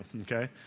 okay